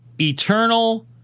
eternal